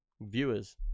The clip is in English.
viewers